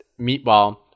meatball